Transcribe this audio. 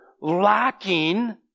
lacking